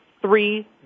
three